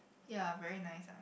ya very nice ah